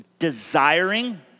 desiring